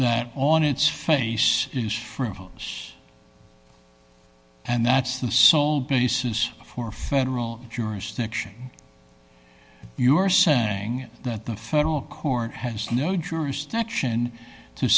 that on its face is for hoes and that's the sole basis for federal jurisdiction you are saying that the federal court has no jurisdiction to